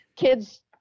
kids